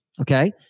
okay